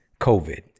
COVID